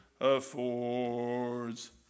affords